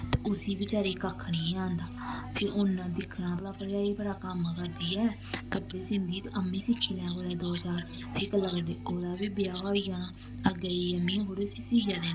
ते उसी बेचारे गी कक्ख न आंदा फ्ही उन्न दिक्खना भला पर बड़ा कम्म करदी ऐ कपड़े सींदी ते अम्मी सिक्खी लैं कुदै दो चार फ्ही कल्ला गी ओह्दा बी ब्याह् होई जाना अग्गें जाइयै मीं थोह्ड़ी उसी सियै देने